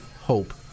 hope